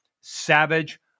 savage